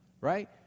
right